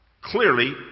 Clearly